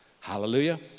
Hallelujah